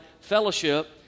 fellowship